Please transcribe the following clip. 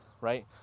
right